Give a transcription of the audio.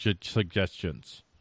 suggestions